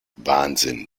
wahnsinn